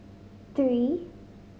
three